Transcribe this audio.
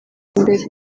imbere